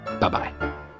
Bye-bye